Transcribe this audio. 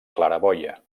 claraboia